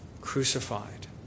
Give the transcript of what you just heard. crucified